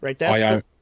Right